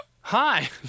Hi